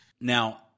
Now